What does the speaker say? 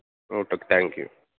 okay thank you